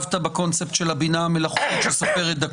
שהתאהבת בקונספט של הבינה המלאכותית שסופרת דקות.